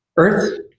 earth